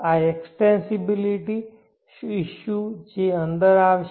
આ extensibility issue છે જે અંદર આવશે